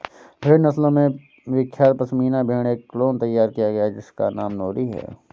भेड़ नस्लों में विख्यात पश्मीना भेड़ का एक क्लोन तैयार किया गया है जिसका नाम नूरी है